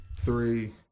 three